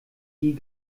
die